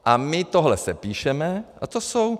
A my tohle sepíšeme, a to jsou...